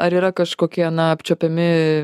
ar yra kažkokie na apčiuopiami